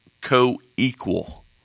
co-equal